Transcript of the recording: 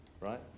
right